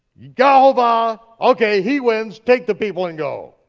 yehovah, okay, he wins, take the people and go.